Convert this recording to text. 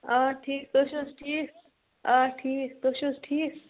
آ ٹھیٖک تُہۍ چھِو حظ ٹھیٖک